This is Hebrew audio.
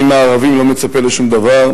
אני מהערבים לא מצפה לשום דבר.